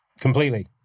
completely